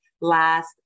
last